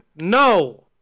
No